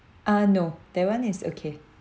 ah no that one is okay